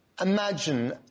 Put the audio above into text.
imagine